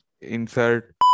insert